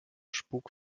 spuck